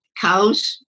cows